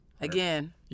Again